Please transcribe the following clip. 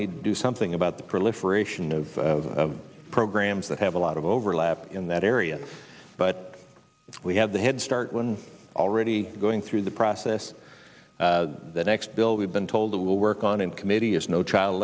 need to do something about the proliferation of programs that have a lot of overlap in that area but we have the head start one already going through the process the next bill we've been told it will work on in committee as no child